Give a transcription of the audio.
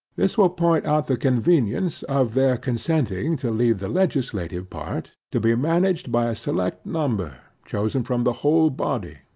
this will point out the convenience of their consenting to leave the legislative part to be managed by a select number chosen from the whole body,